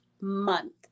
month